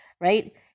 right